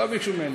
לא ביקשו ממני.